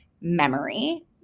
memory